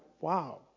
wow